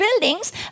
buildings